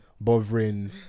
bothering